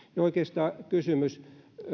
oikeastaan kysymys